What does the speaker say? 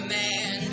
man